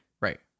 right